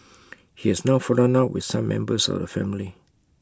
he has now fallen out with some members of the family